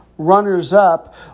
runners-up